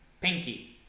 Pinky